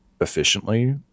efficiently